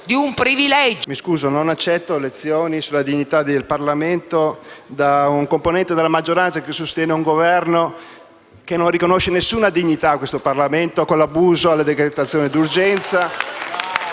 mi scuso, ma non accetto lezioni sulla dignità del Parlamento da un componente della maggioranza che sostiene un Governo che non riconosce alcuna dignità a questo Parlamento, con l'abuso della decretazione d'urgenza